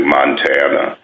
Montana